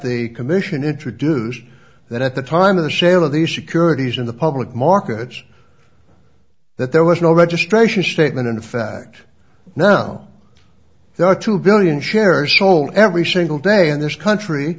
the commission introduced that at the time of the sale of the securities in the public markets that there was no registration statement in fact now there are two billion shares sold every single day in this country